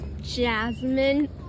Jasmine